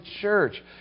church